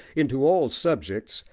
into all subjects,